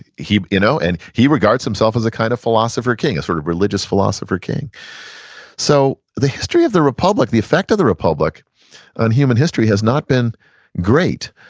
you know and he regards himself as a kind of philosopher king, a sort of religious philosopher king so, the history of the republic, the effect of the republic on human history has not been great,